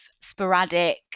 sporadic